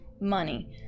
money